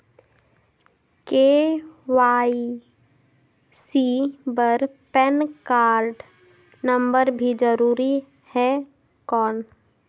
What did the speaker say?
KYC बर PAN card number भी जरूरी हे कौन?